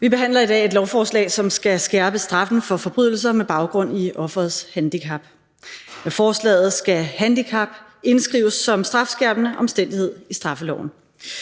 Vi behandler i dag et lovforslag, som skal skærpe straffen for forbrydelser med baggrund i offerets handicap. Med forslaget skal handicap indskrives som strafskærpende omstændighed i straffeloven.